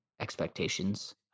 expectations